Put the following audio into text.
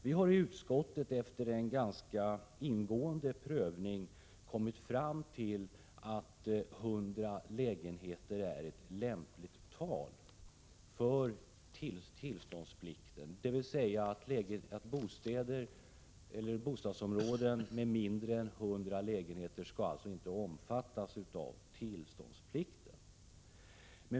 Vi har i utskottet efter en ganska ingående prövning kommit fram till att 100 lägenheter är en lämplig gräns för tillståndsplikten, dvs. att bostadsområden med mindre än 100 lägenheter inte skall omfattas av denna.